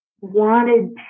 wanted